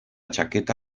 chaqueta